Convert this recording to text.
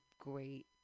great